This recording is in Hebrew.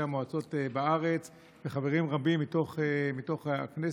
המועצות בארץ וחברים רבים מתוך הכנסת,